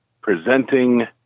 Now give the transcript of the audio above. presenting